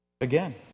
Again